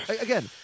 Again